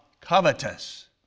covetous